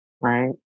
right